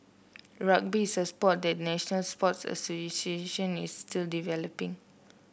rugby is a sport that the national sports association is still developing